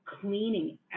cleaning